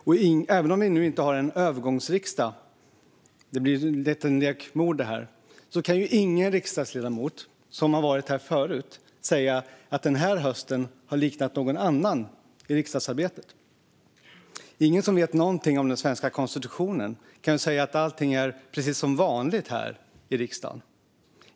Och även om vi inte har en övergångsriksdag - det blir lätt en lek med ord här - kan ingen riksdagsledamot som har varit här förut säga att denna höst har liknat någon annan i riksdagsarbetet. Ingen som vet någonting om den svenska konstitutionen kan säga att allting är precis som vanligt här i riksdagen.